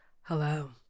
Hello